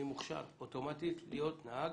אני מוכשר אוטומטית להיות נהג.